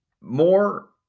more